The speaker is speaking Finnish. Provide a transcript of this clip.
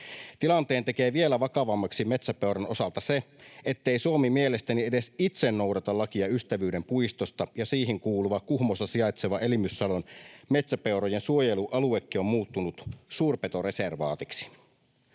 Tilanteen tekee vielä vakavammaksi metsäpeuran osalta se, ettei Suomi mielestäni edes itse noudata lakia Ystävyyden puistosta, ja siihen kuuluva Kuhmossa sijaitseva Elimyssalon metsäpeurojen suojelualuekin on muuttunut suurpetoreservaatiksi.